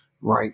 right